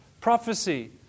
prophecy